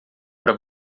para